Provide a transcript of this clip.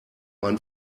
man